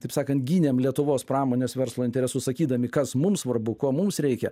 taip sakant gynėm lietuvos pramonės verslo interesus sakydami kas mums svarbu ko mums reikia